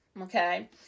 Okay